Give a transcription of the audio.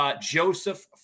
Joseph